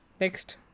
Next